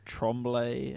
Trombley